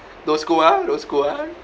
don't scold ah don't scold ah